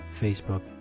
Facebook